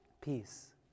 Peace